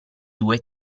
due